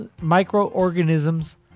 microorganisms